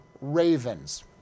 ravens